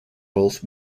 both